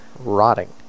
rotting